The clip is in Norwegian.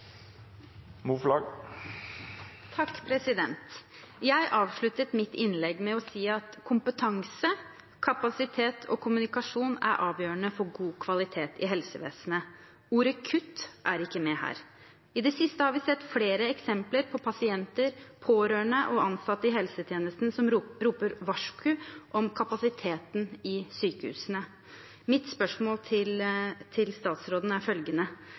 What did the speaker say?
Jeg avsluttet mitt innlegg med å si at kompetanse, kapasitet og kommunikasjon er avgjørende for god kvalitet i helsevesenet. Ordet «kutt» er ikke med her. I det siste har vi sett flere eksempler på pasienter, pårørende og ansatte i helsetjenesten som roper varsku om kapasiteten i sykehusene. Mitt spørsmål til statsråden er følgende: